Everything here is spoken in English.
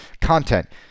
content